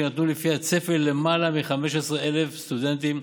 שיינתנו לפי הצפי ללמעלה מ-15,000 סטודנטים,